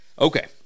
okay